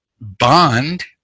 bond